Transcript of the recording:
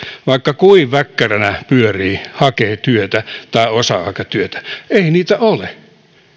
vaikka kuinka väkkäränä pyörii hakee työtä tai osa aikatyötä ei niitä ole